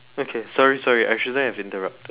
okay sorry sorry I shouldn't have interrupted